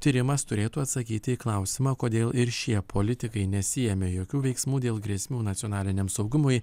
tyrimas turėtų atsakyti į klausimą kodėl ir šie politikai nesiėmė jokių veiksmų dėl grėsmių nacionaliniam saugumui